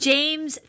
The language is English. James